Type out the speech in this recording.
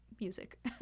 music